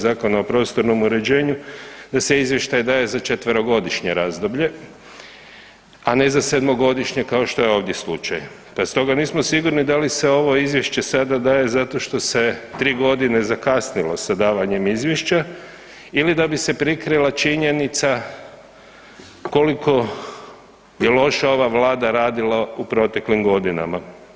Zakona o prostornom uređenju da se izvještaj daje za 4-godišnje razdoblje, a ne za 7-godišnje kao što je ovdje slučaj, pa stoga nismo sigurni da li se ovo izvješće sada daje zato što se 3.g. zakasnilo sa davanjem izvješća ili da bi se prikrila činjenica koliko je loše ova vlada radila u proteklim godinama.